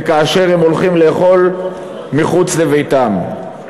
כאשר הם הולכים לאכול מחוץ לביתם.